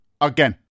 Again